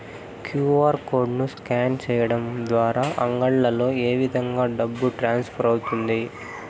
QR code ను scan సేయడం ద్వారా అంగడ్లలో ఏ విధంగా డబ్బు ట్రాన్స్ఫర్ అవుతుంది